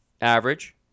average